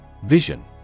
Vision